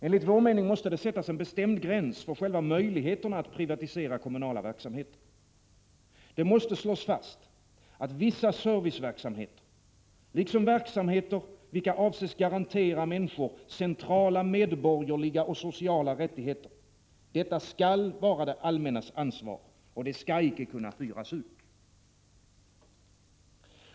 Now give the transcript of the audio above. Enligt vår mening måste det sättas en bestämd gräns för själva möjligheten att privatisera kommunala verksamheter. Det måste slås fast att vissa serviceverksamheter, liksom verksamheter vilka avses garantera människor centrala medborgerliga och sociala rättigheter — detta skall vara det allmännas ansvar, och det skall inte kunna hyras ut.